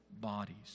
bodies